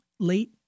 Late